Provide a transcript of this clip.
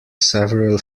several